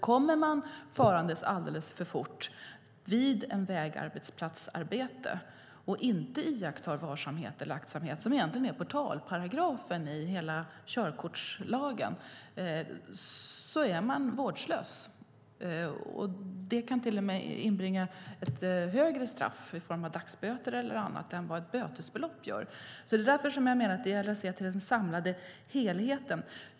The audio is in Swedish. Kommer man farande alldeles för fort vid en vägarbetsplats och inte iakttar varsamhet eller aktsamhet, vilket egentligen är portalparagrafen i hela körkortslagen, är man nämligen vårdslös. Det kan till och med inbringa ett högre straff i form av dagsböter eller annat än vad en bötesförseelse gör. Det är därför jag menar att det gäller att se till den samlade helheten.